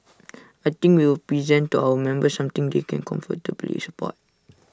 I think we will present to our members something they can comfortably support